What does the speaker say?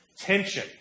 Tension